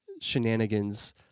shenanigans